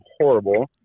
horrible